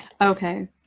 Okay